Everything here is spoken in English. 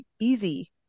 easy